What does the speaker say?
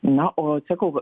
na o sakau